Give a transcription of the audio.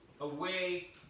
away